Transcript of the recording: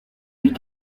huit